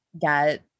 get